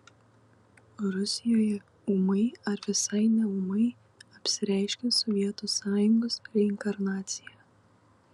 rusijoje ūmai ar visai neūmai apsireiškė sovietų sąjungos reinkarnacija